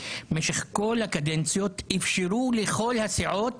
במשך כל הקדנציות איפשרו לכל הסיעות